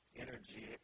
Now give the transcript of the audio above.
energy